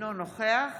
אינו נוכח